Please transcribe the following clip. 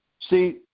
See